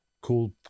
Cool